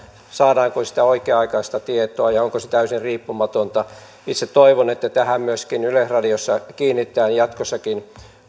saadaanko sitä oikea aikaista tietoa ja onko se täysin riippumatonta itse toivon että tähän myöskin yleisradiossa kiinnitetään jatkossakin